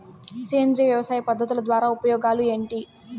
సేంద్రియ వ్యవసాయ పద్ధతుల ద్వారా ఉపయోగాలు ఏంటి?